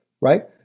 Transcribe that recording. right